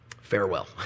Farewell